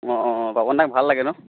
অঁ পাপন দাক ভাল লাগে ন